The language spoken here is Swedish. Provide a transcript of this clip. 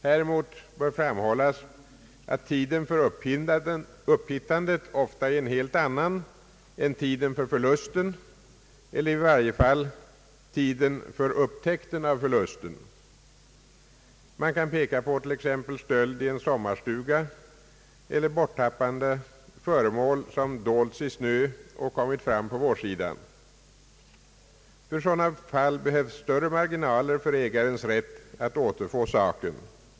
Häremot bör framhållas att tidpunkten för upphittandet ofta är en helt annan än tidpunkten för förlusten eller i varje fall tidpunkten för upptäckten av förlusten. Man kan peka på t.ex. stöld i en sommarstuga eller borttappande av föremål som döljs i snö och kommer fram på vårsidan. För sådana fall behövs större marginaler för ägarens rätt att återfå saken.